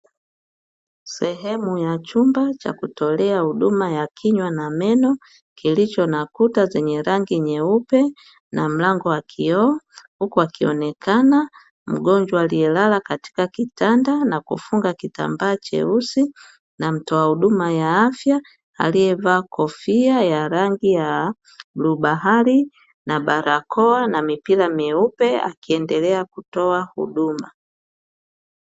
Sehemu ya chumba cha kutolea huduma ya kinywa na meno kilicho na kuta zenye rangi nyeupe na mlango wa kioo huku akionekana mgonjwa aliyelala katika kitanda na kufunga kitambaa cheusi na mtoa huduma ya afya aliyevaa kofia ya rangi ya bluu bahari na barakoa na mipira myeupe akiendelea kutoa huduma.